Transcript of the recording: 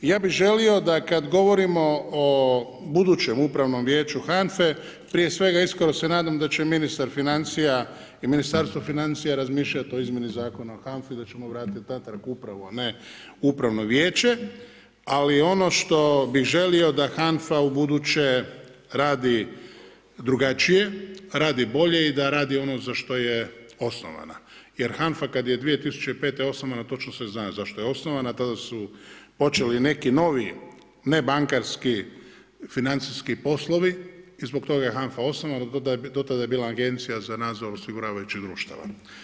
Ja bih želio da kad govorimo o budućem upravnom vijeću HANFA-e, prije svega iskreno se nadam da će ministar financija i Ministarstva financija razmišljati o izmjeni Zakona o HANFA-i i da ćemo vratiti natrag upravu a ne upravno vijeće ali ono što bih želio je da HANFA ubuduće radi drugačije, radi bolje i da radi ono za što je osnovana jer HANFA kad je 2005. osnovana, točno se zna zašto je osnovana, tada su počeli neki novi, ne bankarski financijski poslovi i zbog toga je HANFA osnovana, do tada je bila Agencija za nadzor osiguravajućih društava.